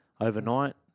overnight